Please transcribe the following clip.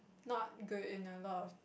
not good in a lot of